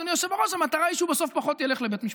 אדוני היושב-ראש: המטרה היא שהוא בסוף פחות ילך לבית משפט.